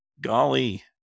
golly